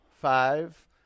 Five